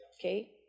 Okay